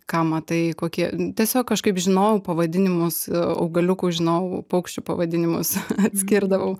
ką matai kokie tiesiog kažkaip žinojau pavadinimus augaliukų žinojau paukščių pavadinimus atskirdavau